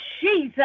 Jesus